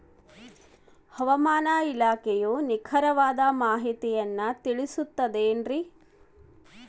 ಹವಮಾನ ಇಲಾಖೆಯ ನಿಖರವಾದ ಮಾಹಿತಿಯನ್ನ ತಿಳಿಸುತ್ತದೆ ಎನ್ರಿ?